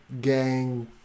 gang